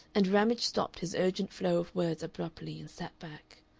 and ramage stopped his urgent flow of words abruptly and sat back.